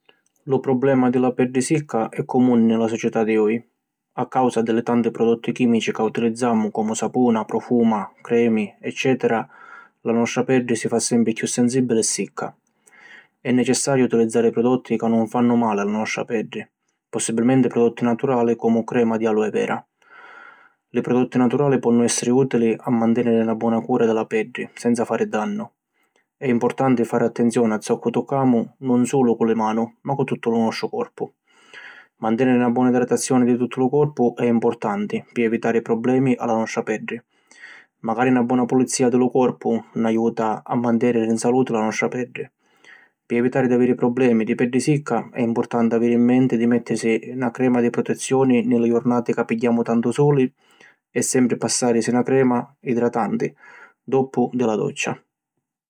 Lu problema di la peddi sicca è comuni nni la società di oji. A càusa di li tanti prodotti chìmici ca utilizzamu comu sapuna, profuma, cremi, eccetera, la nostra peddi si fa sempri cchiù sensìbili e sicca. È necessariu utilizzari prodotti ca nun fannu mali a la nostra peddi, possibilmenti prodotti naturali comu crema di Aloe vera. Li prodotti naturali ponnu èssiri ùtili a mantèniri na bona cura di la peddi senza fari dannu. È importanti fari attenzioni a zoccu tuccamu nun sulu cu li manu ma cu tuttu lu nostru corpu. Mantèniri na bona idratazioni di tuttu lu corpu è importanti pi evitari problemi a la nostra peddi. Macari na bona pulizìa di lu corpu ni aiuta a mantèniri in saluti la nostra peddi. Pi evitari di aviri problemi di peddi sicca, è importanti aviri in menti di mettirisi na crema di protezioni nni li jurnati ca pigghiamu tantu suli, e sempri passàrisi na crema idratanti doppu di la doccia.